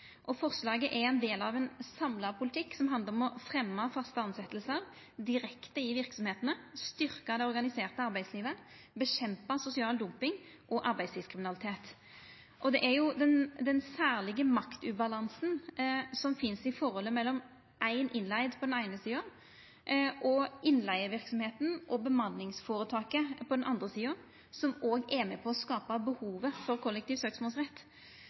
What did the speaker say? og kjempa ned sosial dumping og arbeidslivskriminalitet. Det er den særlege maktubalansen som finst i forholdet mellom ein som er leigd inn, på den eine sida, og innleigeverksemda og bemanningsføretaket på den andre sida, som òg er med på å skapa behovet for